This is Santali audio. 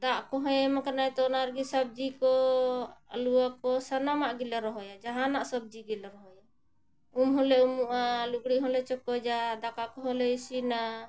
ᱫᱟᱜ ᱠᱚᱦᱚᱸᱭ ᱮᱢ ᱟᱠᱟᱱᱟᱭ ᱛᱳ ᱚᱱᱟ ᱨᱮᱜᱮ ᱥᱚᱵᱽᱡᱤ ᱠᱚ ᱟᱞᱩᱠᱚ ᱥᱟᱱᱟᱢᱟᱜ ᱜᱮᱞᱮ ᱨᱚᱦᱚᱭᱟ ᱡᱟᱦᱟᱱᱟᱜ ᱥᱚᱵᱽᱡᱤ ᱜᱮᱞᱮ ᱨᱚᱦᱚᱭᱟ ᱩᱢ ᱦᱚᱸᱞᱮ ᱩᱢᱩᱜᱼᱟ ᱞᱩᱜᱽᱲᱤᱜ ᱦᱚᱸᱞᱮ ᱪᱚᱠᱚᱡᱟ ᱫᱟᱠᱟ ᱠᱚᱦᱚᱸ ᱞᱮ ᱤᱥᱤᱱᱟ